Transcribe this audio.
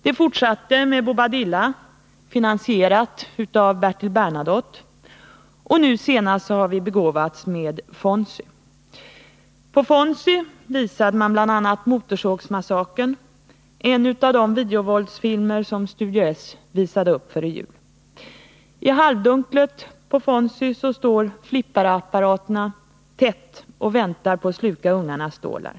Det fortsatte med Bobbadilla, finansierat av Bertil Bernadotte, och nu senast har vi begåvats med Fonzie. På Fonzie visade man bl.a. Motorsågsmassakern — en av de videovåldsfilmer som Studio S visade upp före jul. I halvdunklet på Fonzie står flipperapparaterna tätt och väntar på att sluka ungarnas stålar.